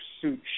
suit